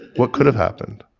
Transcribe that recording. what could have happened?